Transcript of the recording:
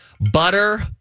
Butter